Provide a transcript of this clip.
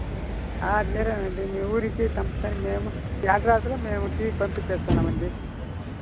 సరే అండి మీ ఊరికి కంపెనీ మేము జాగ్రత్తగా మేము టీవీ పంపిస్తున్నాం అండి